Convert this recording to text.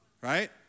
Right